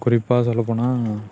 குறிப்பாக சொல்லப் போனால்